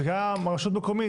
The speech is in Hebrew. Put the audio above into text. וגם רשות מקומית.